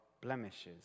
blemishes